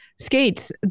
skates